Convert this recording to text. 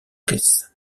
caisses